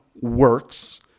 works